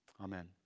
Amen